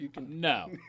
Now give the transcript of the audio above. No